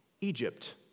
Egypt